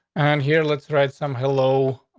and here, let's write some. hello.